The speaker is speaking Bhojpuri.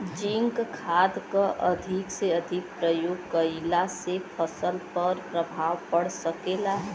जिंक खाद क अधिक से अधिक प्रयोग कइला से फसल पर का प्रभाव पड़ सकेला?